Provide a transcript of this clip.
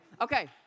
Okay